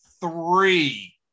three